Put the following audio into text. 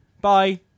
Bye